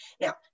Now